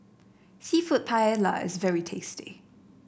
seafood Paella is very tasty